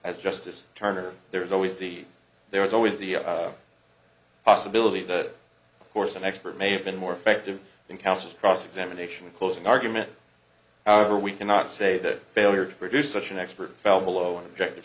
as justice turner there is always the there is always the possibility that of course an expert may have been more effective in counsel cross examination closing argument or we cannot say that failure to produce such an expert fell below an objective